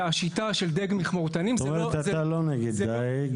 והשיטה של דיג מכמורתנים זה לא --- זאת אומרת שאתה לא נגד דייג,